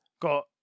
got